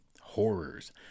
Horrors